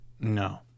No